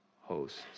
hosts